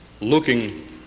looking